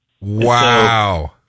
Wow